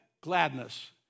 gladness